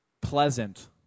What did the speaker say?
Pleasant